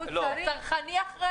הבעיה?